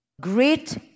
great